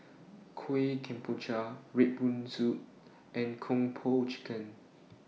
Kueh Kemboja Red Bean Soup and Kung Po Chicken